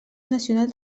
nacional